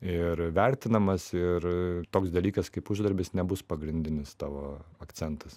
ir vertinamas ir toks dalykas kaip uždarbis nebus pagrindinis tavo akcentas